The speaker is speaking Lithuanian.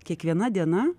kiekviena diena